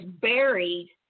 buried